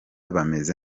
bameze